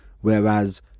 whereas